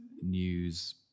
news